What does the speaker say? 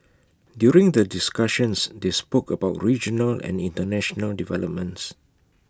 during the discussions they spoke about regional and International developments